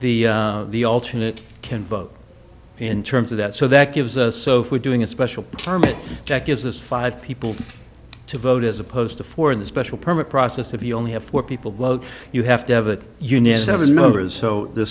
the the alternate can vote in terms of that so that gives us so if we're doing a special permit check gives us five people to vote as opposed to four in the special permit process if you only have four people you have to have a union seven members so the